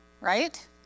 Right